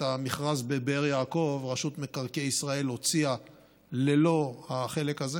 את המכרז בבאר יעקב רשות מקרקעי ישראל הוציאה ללא החלק הזה.